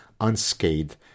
unscathed